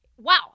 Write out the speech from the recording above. Wow